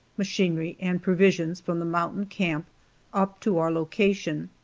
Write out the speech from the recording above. machinery and provisions from the mountain camp up to our location.